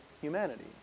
humanity